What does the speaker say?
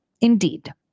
indeed